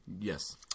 Yes